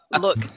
look